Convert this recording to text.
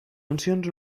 mencions